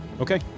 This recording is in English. Okay